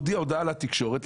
מודיע הודעה לתקשורת,